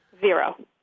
Zero